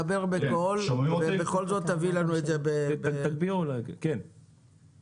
חלק מהחברות לא מאפשרות לעשות שימוש